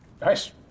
Nice